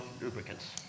Lubricants